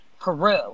Peru